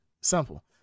Simple